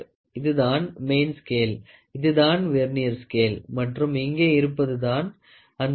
இதுதான் main scale இதுதான் vernier scale மற்றும் இங்கே இருப்பது தான் அந்த ஸ்குரு